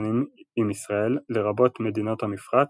השנים עם ישראל לרבות מדינות המפרץ,